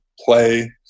play